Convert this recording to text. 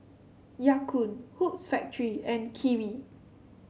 Ya Kun Hoops Factory and Kiwi